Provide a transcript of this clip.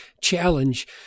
challenge